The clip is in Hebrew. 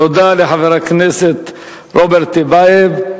תודה לחבר הכנסת רוברט טיבייב.